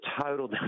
total